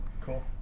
Cool